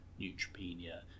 neutropenia